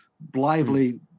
blithely